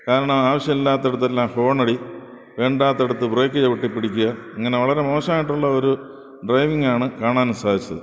കാരണം ആവശ്യം ഇല്ലാത്തിടത്തെല്ലാം ഹോൺ അടി വേണ്ടാത്തിടത്ത് ബ്രേക്ക് ചവിട്ടി പിടിക്കുക ഇങ്ങനെ വളരെ മോശമായിട്ടുള്ള ഒരു ഡ്രൈവിങ് ആണ് കാണാൻ സാധിച്ചത്